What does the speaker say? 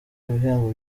ibihembo